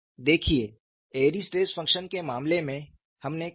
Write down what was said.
देखिए Airy stress function के मामले में हमने क्या किया